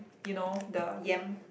you know the yam